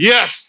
Yes